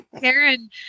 Karen